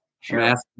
Sure